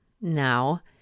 now